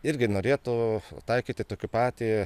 irgi norėtų taikyti tokį patį